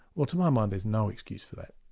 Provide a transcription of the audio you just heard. well to my mind there's no excuse for that,